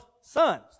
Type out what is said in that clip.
sons